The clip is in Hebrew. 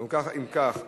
גם ככה, אם כך,